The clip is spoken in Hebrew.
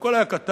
הכול היה קטן.